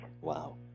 Wow